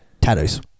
Tattoos